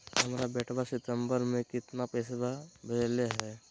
हमर बेटवा सितंबरा में कितना पैसवा भेजले हई?